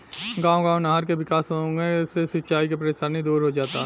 गांव गांव नहर के विकास होंगे से सिंचाई के परेशानी दूर हो जाता